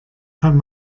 kann